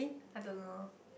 I don't know